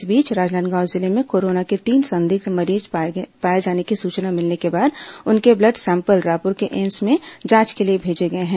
इस बीच राजनांदगांव जिले में कोरोना के तीन संदिग्ध मरीज पाए जाने की सूचना मिलने के बाद उनके ब्लड सैंपल रायपुर के एम्स में जांच के लिए भेजे गए हैं